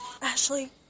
Ashley